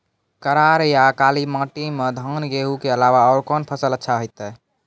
करार या काली माटी म धान, गेहूँ के अलावा औरो कोन फसल अचछा होतै?